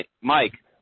Mike